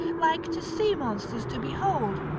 like to sea-monsters to behold.